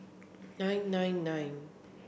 nine nine nine